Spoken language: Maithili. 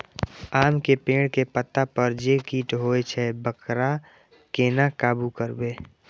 आम के पेड़ के पत्ता पर जे कीट होय छे वकरा केना काबू करबे?